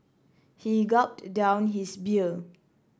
he gulped down his beer